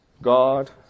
God